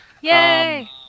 Yay